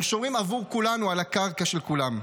שומרים עבור כולנו על הקרקע של כולם.